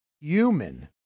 human